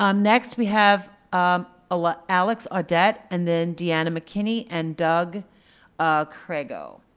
um next, we have ah ah like alex audette and then deanna mckinney and doug crageo.